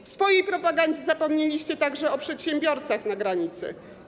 W swojej propagandzie zapomnieliście także o przedsiębiorcach na granicy.